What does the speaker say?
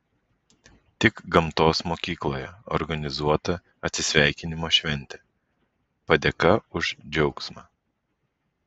tik gamtos mokykloje organizuota atsisveikinimo šventė padėka už džiaugsmą